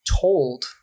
told